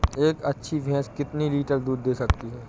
एक अच्छी भैंस कितनी लीटर दूध दे सकती है?